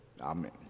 Amen